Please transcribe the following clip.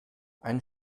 ein